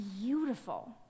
beautiful